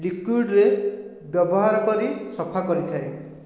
ଲିକ୍ୱିଡ଼ରେ ବ୍ୟବହାର କରି ସଫା କରିଥାଏ